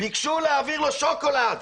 ביקשו להעביר לו שוקולד.